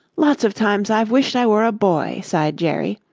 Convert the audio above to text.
lots of times i've wished i were a boy, sighed jerry.